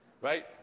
right